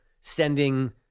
sending